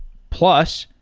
plus,